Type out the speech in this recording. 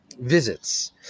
visits